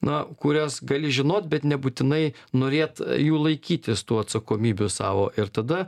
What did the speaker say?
na kurios gali žinot bet nebūtinai norėt jų laikytis tų atsakomybių savo ir tada